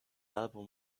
album